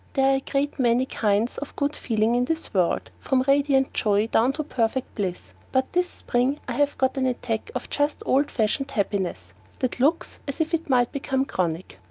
there are a great many kinds of good-feeling in this world, from radiant joy down to perfect bliss but this spring i have got an attack of just old-fashioned happiness that looks as if it might become chronic.